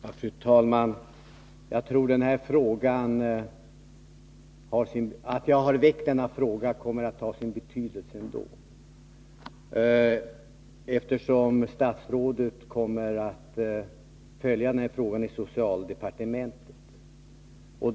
Fru talman! Jag tror att det kommer att ha sin betydelse att jag har väckt den här frågan, eftersom statsrådet kommer att följa den i socialdepartementet.